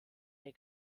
der